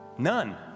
None